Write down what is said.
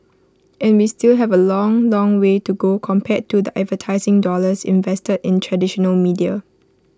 and we still have A long long way to go compared to the advertising dollars invested in traditional media